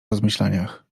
rozmyślaniach